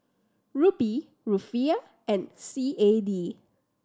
Rupee Rufiyaa and C A D